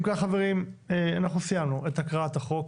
אם כך חברים אנחנו סיימנו את הקראת החוק